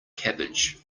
cabbage